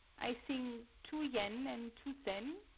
i thing, two yen an' two sen.